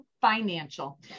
Financial